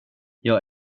jag